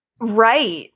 right